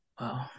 Wow